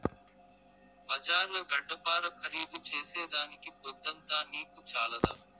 బజార్ల గడ్డపార ఖరీదు చేసేదానికి పొద్దంతా నీకు చాలదా